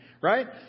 Right